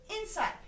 inside